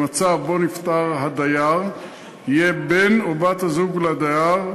במצב שבו נפטר הדייר יהיה בן או בת הזוג של הדייר,